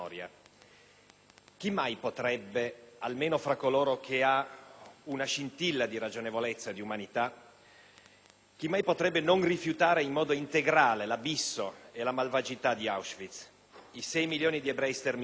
Chi mai potrebbe, almeno fra coloro che hanno una scintilla di ragionevolezza e di umanità, non rifiutare in modo integrale l'abisso e la malvagità di Auschwitz, i 6 milioni di ebrei sterminati,